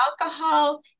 alcohol